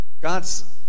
God's